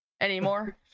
anymore